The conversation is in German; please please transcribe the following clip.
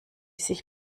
sich